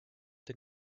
the